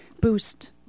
boost